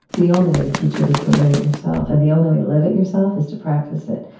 the only way to teach it is to live it yourself, and the only way to live it yourself is to practice it,